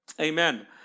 amen